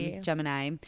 Gemini